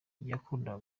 yakundaga